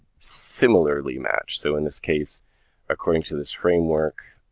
similarly match, so in this case according to this framework,